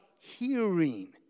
hearing